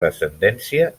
descendència